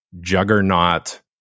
juggernaut